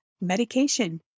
medication